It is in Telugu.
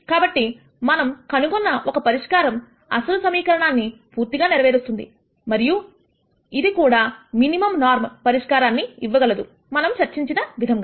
కాబట్టి మనం కనుగొన్న ఒక పరిష్కారం అసలు సమీకరణాన్ని పూర్తిగా నెరవేరుస్తుంది మరియు ఇది కూడా మినిమం నార్మ్ పరిష్కారాన్ని ఇవ్వగలదు మనము చర్చించిన విధంగా